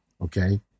Okay